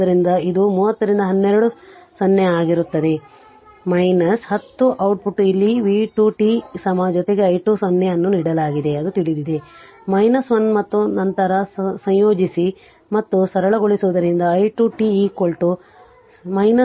ಆದ್ದರಿಂದ ಇದು 30 ರಿಂದ ಹನ್ನೆರಡು 0 ಆಗಿರುತ್ತದೆ 10 ಅವ್ಟ್ಪುಟ್ ಇಲ್ಲಿ v 2 t ಜೊತೆಗೆ i 2 0 ಅನ್ನು ನೀಡಲಾಗಿದೆ ಅದು ತಿಳಿದಿದೆ 1 ಮತ್ತು ನಂತರ ಸಂಯೋಜಿಸಿ ಮತ್ತು ಸರಳಗೊಳಿಸುವುದರಿಂದ i 2 t 0